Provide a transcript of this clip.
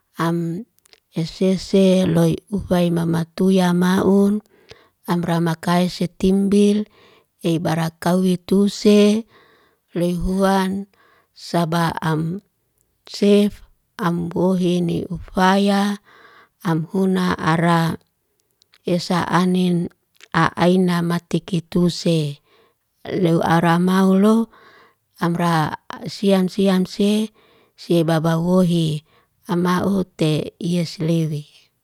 Am esese loy uhaimatuya maun, amrai makai setimbil, ebarakawe tuse, leihuwan saba'am sef ambohene ufaya. Am huna ara esa anin a'ainamatiki tuse. Loy ara maulo, amra sian sian se sebaba wohi. Ama ute yeslewe.